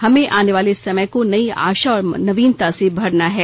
हमें आने वाले समय को नयी आशा और नवीनता से भरना है